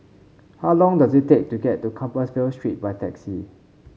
how long does it take to get to Compassvale Street by taxi